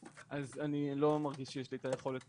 אז אני לא מרגיש שיש לי את היכולת